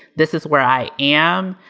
this is where i am.